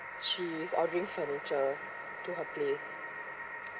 she's ordering furniture to her place